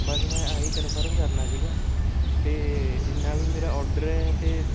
ਬਸ ਮੈਂ ਆਹੀ ਕਨਫਰਮ ਕਰਨਾ ਸੀਗਾ ਅਤੇ ਜਿੰਨਾ ਵੀ ਮੇਰਾ ਔਰਡਰ ਹੈ ਅਤੇ